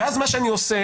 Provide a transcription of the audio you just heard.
ואז מה שאני עושה,